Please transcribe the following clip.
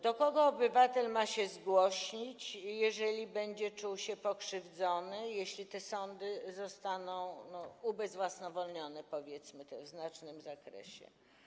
Do kogo obywatel ma się zgłosić, jeżeli będzie czuł się pokrzywdzony, jeśli te sądy zostaną ubezwłasnowolnione, powiedzmy to, w znacznym zakresie?